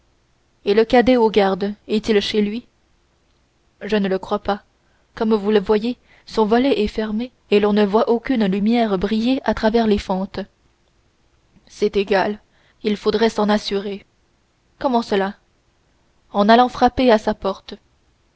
superficielle le cadet aux gardes est-il chez lui je ne le crois pas comme vous le voyez son volet est fermé et l'on ne voit aucune lumière briller à travers les fentes c'est égal il faudrait s'en assurer comment cela en allant frapper à sa porte